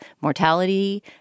mortality